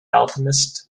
alchemist